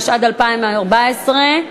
התשע"ד 2014,